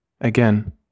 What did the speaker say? again